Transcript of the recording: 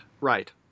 Right